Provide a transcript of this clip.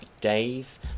days